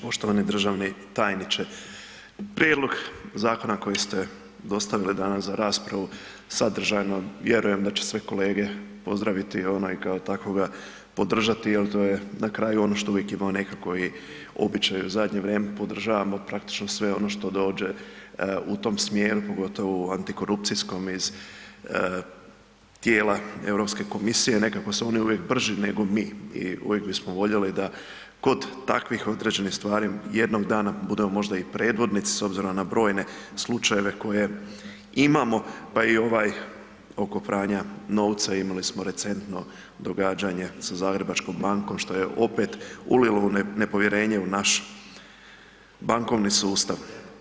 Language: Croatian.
Poštovani državni tajniče, prijedlog zakona koji ste dostavili danas za raspravu sadržajno vjerujem da će sve kolege pozdraviti ono i kao takvog ga podržati jer to je na kraju ono što uvijek imamo nekako i običaj u zadnje vrijeme podržavamo praktično sve ono što dođe u tom smjeru, pogotovo u antikorupcijskom iz tijela Europske komisije, nekako su oni uvijek brži nego mi i uvijek bismo voljeli da kod takvih određenih stvari jednog dana budemo možda i predvodnici s obzirom na brojne slučajeve koje imamo, pa i ovaj oko pranja novca imali smo recentno događanje sa Zagrebačkom bankom što je opet ulilo nepovjerenje u naš bankovni sustav.